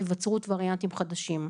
היווצרות וריאנטים חדשים,